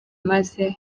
maze